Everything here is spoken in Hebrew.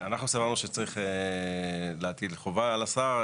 אנחנו סברנו שצריך להטיל חובה על השר,